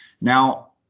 Now